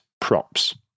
Props